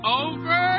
over